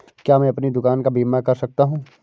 क्या मैं अपनी दुकान का बीमा कर सकता हूँ?